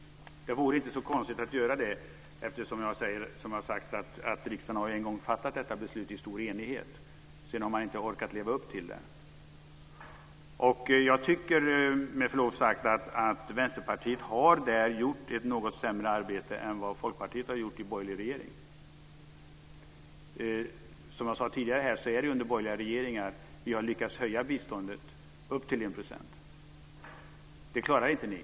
Det vore inte så konstigt att göra det eftersom riksdagen, som jag har sagt, en gång har fattat detta beslut i stor enighet. Sedan har man inte orkat leva upp till det. Jag tycker med förlov sagt att Vänsterpartiet i det avseendet har gjort ett något sämre arbete än vad Folkpartiet har gjort i borgerliga regeringar. Som jag sade tidigare är det under borgerliga regeringar som vi har lyckats höja biståndet upp till 1 %. Det klarar inte ni.